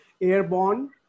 airborne